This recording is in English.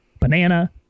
banana